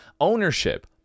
ownership